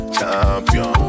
Champion